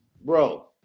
Bro